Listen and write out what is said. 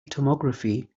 tomography